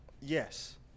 Yes